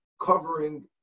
covering